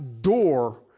door